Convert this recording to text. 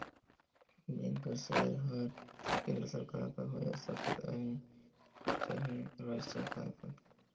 bank कर share हर केन्द्र सरकार कर होए सकत अहे चहे राएज सरकार कर